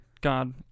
God